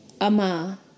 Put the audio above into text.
ama